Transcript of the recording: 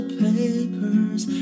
papers